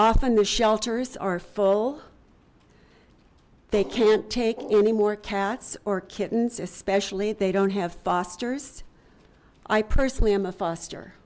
often the shelters are full they can't take anymore cats or kittens especially they don't have fosters i personally am a foster